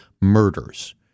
murders